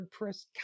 wordpress